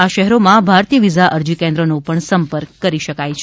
આ શહેરોમાં ભારતીય વિઝા અરજી કેન્દ્રોનો પણ સંપર્ક કરી શકાય છે